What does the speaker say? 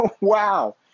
wow